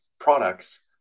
products